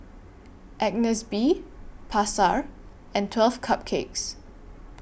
Agnes B Pasar and twelve Cupcakes